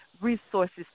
resources